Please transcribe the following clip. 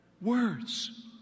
Words